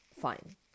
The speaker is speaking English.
fine